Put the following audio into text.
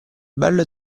bello